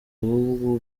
ahubwo